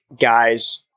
guys